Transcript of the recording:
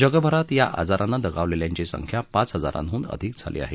जगभरात या आजारानं दगावलेल्यांची संख्या पाच हजारांहून अधिक झाली आहे